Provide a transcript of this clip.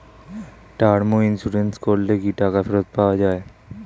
Term insurance করলে কি টাকা ফেরত পাওয়া যায়?